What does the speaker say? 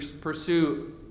pursue